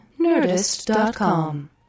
Nerdist.com